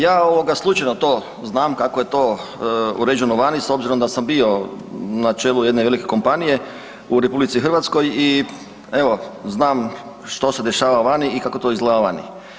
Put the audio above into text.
Ja slučajno to znam kako je to uređeno vani s obzirom da sam bio na čelu jedne velike kompanije u RH i evo, znam što se dešava vani i kako to izgleda vani.